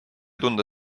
tunda